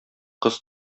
кыз